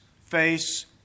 face